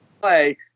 play